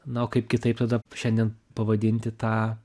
na o kaip kitaip tada šiandien pavadinti tą